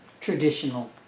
traditional